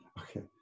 Okay